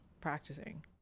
practicing